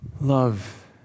love